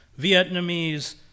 Vietnamese